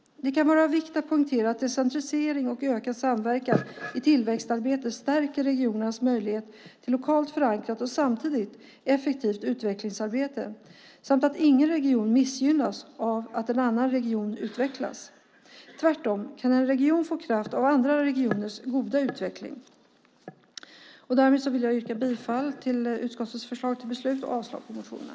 Det kan vara viktigt att poängtera att decentralisering och ökad samverkan i tillväxtarbetet stärker regionens möjlighet till lokalt förankrat och samtidigt effektivt utvecklingsarbete samt att ingen region missgynnas av att en annan region utvecklas. Tvärtom kan en region få kraft av andra regioners goda utveckling. Därmed vill jag yrka bifall till utskottets förslag till beslut och avslag på motionen.